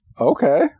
Okay